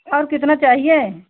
और कितना चाहिए